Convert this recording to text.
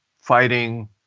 fighting